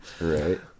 Right